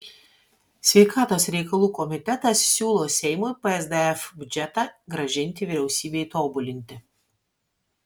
sveikatos reikalų komitetas siūlo seimui psdf biudžetą grąžinti vyriausybei tobulinti